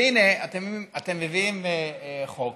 והינה, אתם מביאים חוק